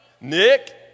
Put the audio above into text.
Nick